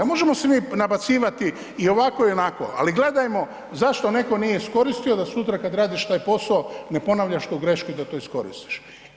Možemo se mi nabacivati i ovako i onako, ali gledajmo zašto netko nije iskoristio da sutra kada radiš taj posao ne ponavljaš tu grešku i da to iskoristiš.